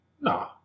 no